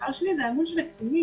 דבר שני זה האמון של הקטינים.